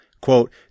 quote